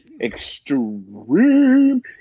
extreme